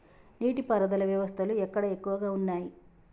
నీటి పారుదల వ్యవస్థలు ఎక్కడ ఎక్కువగా ఉన్నాయి?